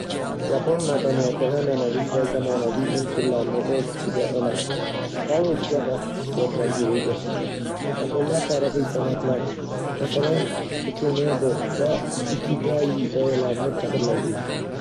Yapon madaniyati an'anaviy va zamonaviy unsurlarni o'z ichiga oladi va o'ziga xos xususiyatlarga ega. Yaponlar tarixiy san'atlar, masalan, ikenobo va ikigai g'oyalarini qadrlaydilar.